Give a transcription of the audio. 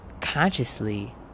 consciously